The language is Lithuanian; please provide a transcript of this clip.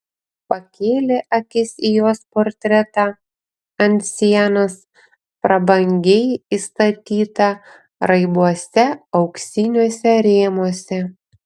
pakėlė akis į jos portretą ant sienos prabangiai įstatytą raibuose auksiniuose rėmuose